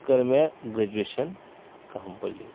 کٔر مےٚ graduation complete